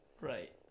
Right